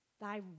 thy